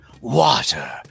water